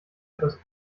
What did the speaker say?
etwas